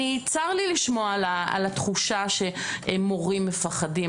צר לי לשמוע על התחושה שמורים מפחדים.